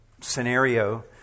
scenario